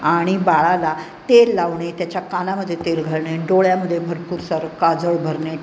आणि बाळाला तेल लावणे त्याच्या कानामध्ये तेल घालणे डोळ्यामध्ये भरपूर सारं काजळ भरणे